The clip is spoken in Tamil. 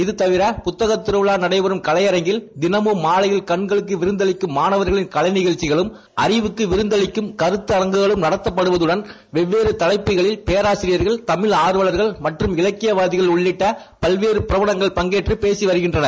இதுதவிர புத்தக திருவிழா நலடபெறும் கலையாங்கில் தினமும் மாலையில் கண்களுக்கு விருந்தளிக்கும் மாணவர்களின் கலை நிஷழ்ச்சிகளும் அறிவுக்கு விருந்தளிக்கும் கருத்தாங்கங்களும் நடத்தப்படுவதுடன் வெவ்வேறு தலைப்புகளில் போசிரியர்கள் தமிழ் ஆர்வலர்கள் மற்றும் இலக்கியவாதிகள் உள்ளிட்ட பல்வேறு பிரபலங்கள் பங்கேற்று பேசி வருகின்றனர்